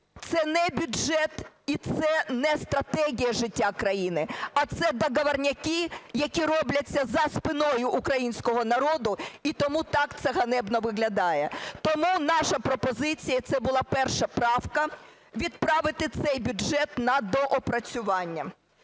це не бюджет і це не стратегія життя країни, а це договорняки, які робляться за спиною українського народу, і тому так це ганебно виглядає. Тому наша пропозиція, це була 1 правка, відправити цей бюджет на доопрацювання.